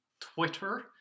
Twitter